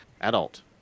adult